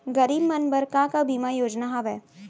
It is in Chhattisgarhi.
गरीब मन बर का का बीमा योजना हावे?